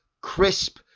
crisp